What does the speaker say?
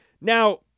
Now